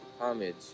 homage